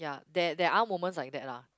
there there are moments like that lah